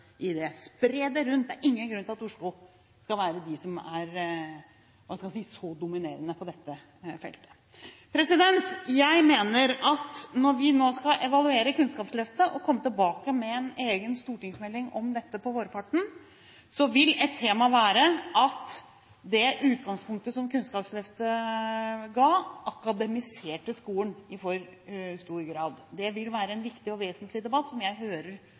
i det. Spre det rundt – det er ingen grunn til at Oslo skal være så dominerende på dette feltet. Jeg mener at når vi nå skal evaluere Kunnskapsløftet og komme tilbake med en egen stortingsmelding om dette på vårparten, vil et tema være at det utgangspunktet som Kunnskapsløftet ga, akademiserte skolen i for stor grad. Det er en viktig og vesentlig debatt, som jeg hører